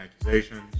accusations